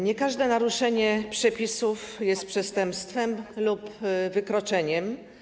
Nie każde naruszenie przepisów jest przestępstwem lub wykroczeniem.